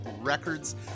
Records